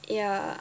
yeah